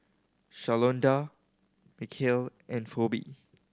Shalonda Mikeal and Phoebe